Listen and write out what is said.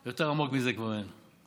יותר עמוק מזה כבר אין.